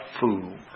fool